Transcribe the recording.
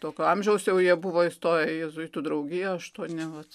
tokio amžiaus jau jie buvo įstoję į jėzuitų draugiją aštuoni vat